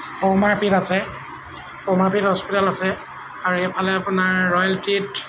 সৌমাৰপীঠ আছে সৌমাৰপীঠ হস্পিটেল আছে আৰু এইফালে আপোনাৰ ৰয়েল্টীত